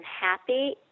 happy